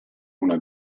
una